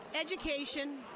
education